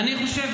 אני חושב,